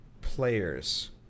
players